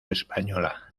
española